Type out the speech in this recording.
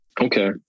Okay